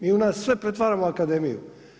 Mi u nas sve pretvaramo u akademiju.